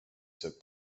took